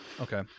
Okay